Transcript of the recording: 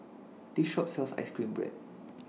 This Shop sells Ice Cream Bread